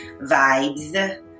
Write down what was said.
vibes